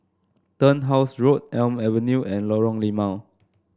Turnhouse Road Elm Avenue and Lorong Limau